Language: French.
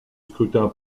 scrutin